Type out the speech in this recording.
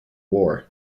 war